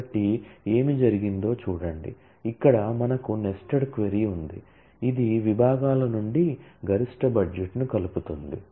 కాబట్టి ఏమి జరిగిందో చూడండి ఇక్కడ మనకు నెస్టెడ్ క్వరీ ఉంది ఇది విభాగాల నుండి గరిష్ట బడ్జెట్ను కలుపుతుంది